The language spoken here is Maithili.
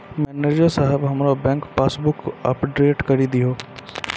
मनैजर साहेब हमरो बैंक पासबुक अपडेट करि दहो